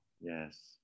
yes